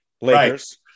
Lakers